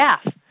staff